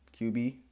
QB